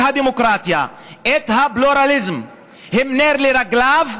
הדמוקרטיה והפלורליזם הם נר לרגליו,